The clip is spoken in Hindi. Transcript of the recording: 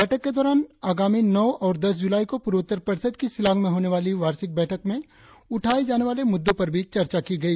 बैठक के दौरान आगामी नौ और दस जुलाई को पूर्वोत्तर परिषद की शिलॉंग में होने वाली वार्षिक बैठक में उठाए जाने वाली मुद्दों पर भी चर्चा की गई